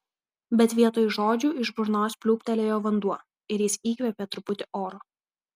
bet vietoj žodžių iš burnos pliūptelėjo vanduo ir jis įkvėpė truputį oro